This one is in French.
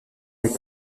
des